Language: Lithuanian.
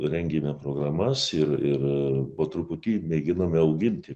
rengėme programas ir ir po truputį mėginome auginti